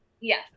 Yes